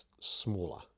smaller